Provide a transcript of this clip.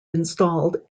installed